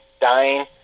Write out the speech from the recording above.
dying